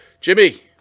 Jimmy